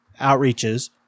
outreaches